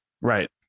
Right